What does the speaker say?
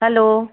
hello